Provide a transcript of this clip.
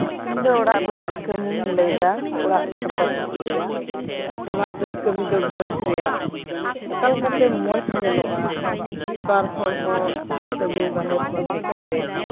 ᱤᱧᱫᱚ ᱚᱲᱟᱜ ᱨᱮᱭᱟᱜ ᱠᱟᱹᱢᱤᱧ ᱞᱟᱹᱭᱫᱟ ᱚᱲᱟᱜ ᱥᱟᱯᱷᱟ ᱥᱟᱹᱯᱷᱤ ᱨᱮᱭᱟᱜ ᱚᱲᱟᱜ ᱨᱮ ᱠᱟᱹᱢᱤᱫᱚ ᱜᱷᱟᱨᱚᱧᱡ ᱨᱮᱭᱟᱜ ᱚᱠᱟᱞᱮᱠᱟᱛᱮ ᱢᱚᱪᱧᱮᱞᱚᱜᱼᱟ ᱢᱤᱫᱵᱟᱨ ᱦᱚᱲ ᱥᱟᱹᱜᱤ ᱵᱟᱨᱦᱮ ᱠᱷᱚᱱ ᱦᱮᱡᱠᱟᱛᱮᱜ